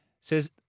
says